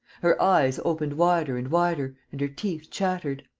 her eyes opened wider and wider and her teeth chattered.